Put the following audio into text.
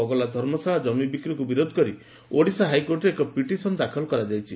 ବଗଲା ଧର୍ମଶାଳା କମି ବିକ୍ରିକୁ ବିରୋଧ କରି ଓଡିଶା ହାଇକୋର୍ଟରେ ଏକ ପିଟିସନ ଦାଖଲ କରାଯାଇଛି